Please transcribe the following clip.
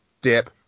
dip